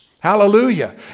Hallelujah